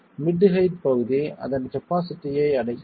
mid height பகுதி அதன் கபாஸிட்டியை அடைகிறது